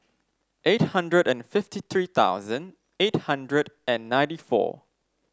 eight hundred and fifty three thousand eight hundred and ninety four